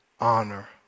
honor